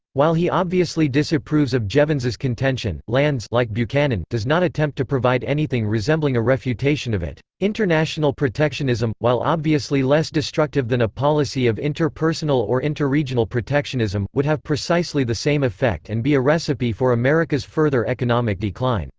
while he obviously disapproves of jevons's contention, landes like and does not attempt to provide anything resembling a refutation of it. international protectionism, while obviously less destructive than a policy of interpersonal or interregional protectionism, would have precisely the same effect and be a recipe for america's further economic decline.